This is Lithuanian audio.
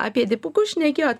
apie dipukus šnekėo